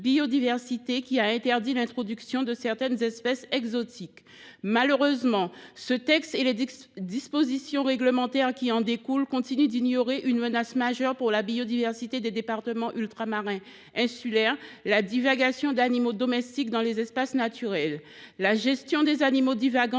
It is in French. qui a interdit l’introduction de certaines espèces exotiques. Malheureusement, ce texte et les dispositions réglementaires qui en découlent continuent d’ignorer une menace majeure pour la biodiversité des départements ultramarins insulaires : la divagation d’animaux domestiques dans les espaces naturels. La gestion des animaux divagants